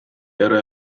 wäre